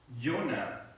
Jonah